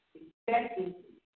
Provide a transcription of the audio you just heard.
effectively